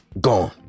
Gone